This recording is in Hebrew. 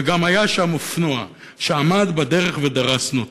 וגם היה שם אופנוע שעמד בדרך ודרסנו אותו.